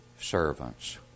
servants